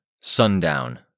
Sundown